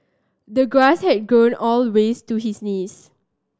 the grass had grown all ways to his knees